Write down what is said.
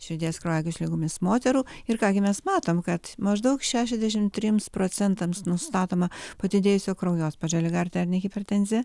širdies kraujagyslių ligomis moterų ir ką gi mes matom kad maždaug šešiasdešimt trims procentams nustatoma padidėjusio kraujospūdžio liga arterinė hipertenzija